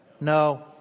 no